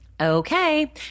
Okay